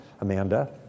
Amanda